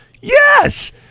Yes